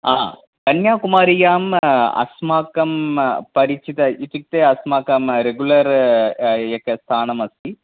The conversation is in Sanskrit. हा कन्याकुमार्याम् अस्माकं परिचितः इत्युक्ते अस्माकं रेग्युलर् एकं स्थानम् अस्ति